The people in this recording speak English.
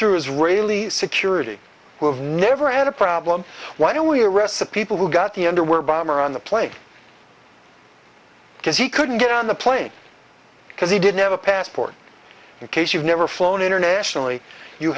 through israeli security who have never had a problem why don't we a recipe people who got the underwear bomber on the plane because he couldn't get on the plane because he didn't have a passport in case you've never flown internationally you